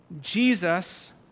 Jesus